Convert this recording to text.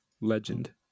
Legend